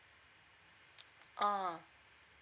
ah